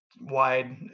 wide